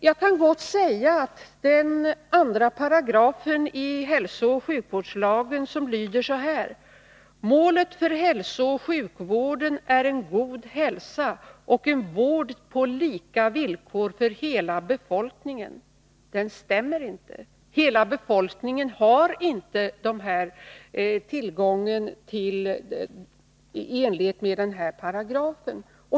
Jag kan gott säga att den andra paragrafen i hälsooch sjukvårdslagen, som lyder: ”Målet för hälsooch sjukvården är en god hälsa och en vård på lika villkor för hela befolkningen”, inte stämmer. Hela befolkningen har inte tillgång till vård i enlighet med denna paragraf.